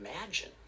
imagine